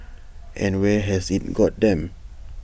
and where has IT got them